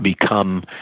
become